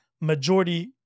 majority